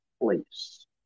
place